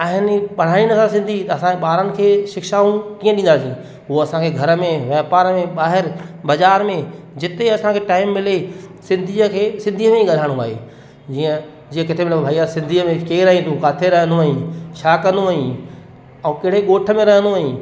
आहिनि ई पढ़ाइनि ई न था सिंधी त असांजे ॿारनि खे शिक्षाऊं कीअं ॾींदासीं हूअ असांखे घर में व्यापार में ॿाहिरि बाज़ारि में जिते असांखे टाईम मिले सिंधीअ खे सिंधीअ में ई ॻाल्हाइणो आहे जीअं जीअं किथे मिलूं भाई सिंधीअ में केरु आही तूं किथे रहंदो आहीं छा कंदो आहीं ऐं कहिड़े ॻोठ में रहंदो आहीं